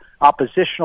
oppositional